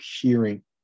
hearing